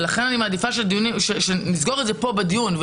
לכן אני מעדיפה שנסגור את זה פה בדיון,